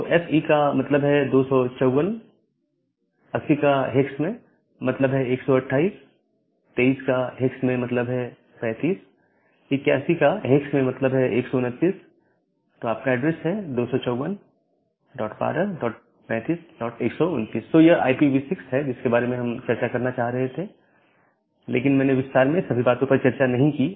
तो एफइ का मतलब है 254 80 का हेक्स में मतलब है 128 23 का हेक्स में मतलब है 35 81 का हेक्स में मतलब है 129 तो आप का एड्रेस है 2541235129 तो यह IPv6 है जिसके बारे में हम चर्चा करना चाहते थे लेकिन मैंने विस्तार में सभी बातों की चर्चा नहीं की